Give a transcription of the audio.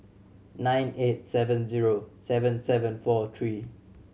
nine eight seven zero seven seven four three